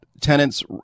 tenants